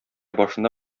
башында